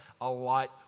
alight